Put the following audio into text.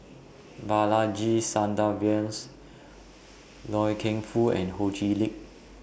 Balaji Sadasivan Loy Keng Foo and Ho Chee Lickd